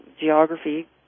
geography